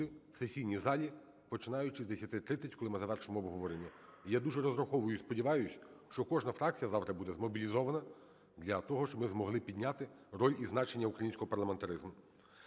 в сесійній залі, починаючи з 10:30, коли ми завершимо обговорення. Я дуже розраховую і сподіваюсь, що кожна фракція завтра буде змобілізована для того, щоб ми змогли підняти роль і значення українського парламентаризму.